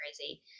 crazy